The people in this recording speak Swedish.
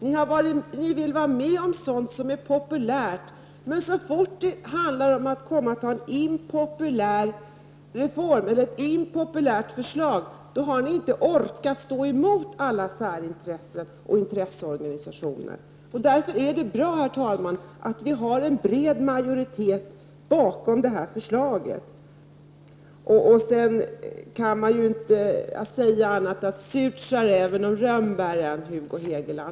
Ni vill vara med om sådant som är populärt, men så fort det handlar om ett impopulärt förslag har ni inte ork att stå emot särintressen och intresseorganisationer. Det är därför bra, herr talman, att vi har en bred majoritet bakom detta förslaget. Sedan kan man inte säga, Hugo Hegeland, annat än att: ”Surt, sade räven om rönnbären”.